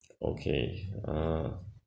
okay uh